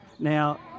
Now